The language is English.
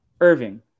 Irving